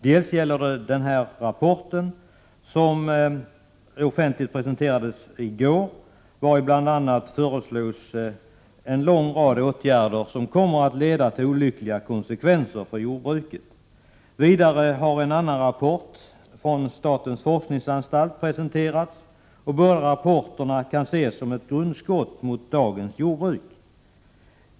Dels gäller det denna rapport, som presenterades offentligt i går, vari bl.a. föreslås en lång rad åtgärder som kommer att få olyckliga konsekvenser för jordbruket. Dels gäller det en annan rapport, från statens forskningsanstalt. Båda dessa rapporter kan ses som ett grundskott mot dagens jordbruk.